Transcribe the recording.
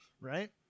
Right